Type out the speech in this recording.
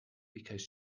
because